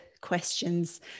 questions